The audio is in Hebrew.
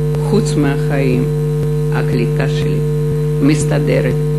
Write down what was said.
חוץ מהחיים / הקליטה שלי מסתדרת".